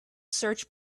search